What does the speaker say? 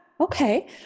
Okay